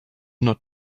not